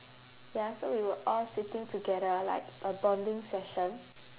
ya so we were all sitting together like a bonding session